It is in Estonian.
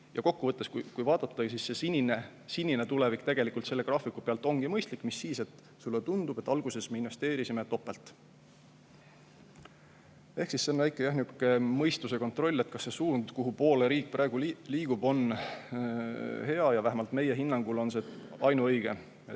Kokku võttes, kui vaadata, see sinine tulevik tegelikult selle graafiku pealt ongi mõistlik, mis siis, et sulle tundub, et alguses me investeerisime topelt. Ehk siis see on jah sihuke mõistuse kontroll, et kas see suund, kuhu poole riik praegu liigub, on hea. Vähemalt meie hinnangul on see ainuõige.